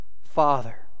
father